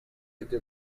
эти